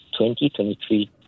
2023